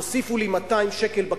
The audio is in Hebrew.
תוסיפו לי 200 שקל בקצבה.